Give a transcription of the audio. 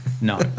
No